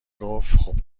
گفتخوب